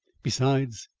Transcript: besides,